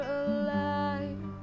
alive